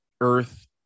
earth